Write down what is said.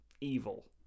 evil